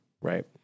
right